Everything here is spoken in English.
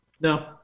No